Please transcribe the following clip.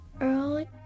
early